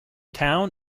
town